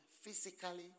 physically